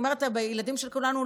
ילדים של כולנו,